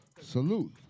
Salute